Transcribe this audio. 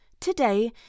today